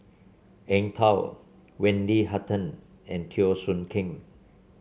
Eng Tow Wendy Hutton and Teo Soon Kim